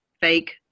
fake